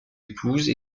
épouse